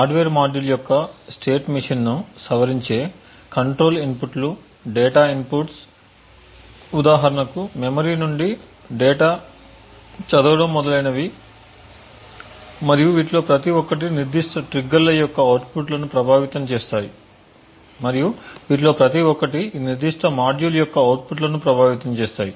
hardware module యొక్క state machine ను సవరించే కంట్రోల్ ఇన్పుట్లు డేటా ఇన్పుట్లు ఉదాహరణకు మెమరీ నుండి డేటా చదవడం మొదలైనవి మరియు వీటిలో ప్రతి ఒక్కటి నిర్దిష్ట ట్రిగ్గర్ల యొక్క అవుట్పుట్లను ప్రభావితం చేస్తాయి మరియు వీటిలో ప్రతి ఒక్కటి ఈ నిర్దిష్ట మాడ్యూల్ యొక్క అవుట్పుట్లను ప్రభావితం చేస్తాయి